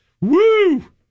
Woo